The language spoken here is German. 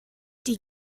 die